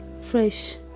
fresh